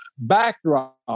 backdrop